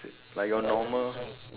like your normal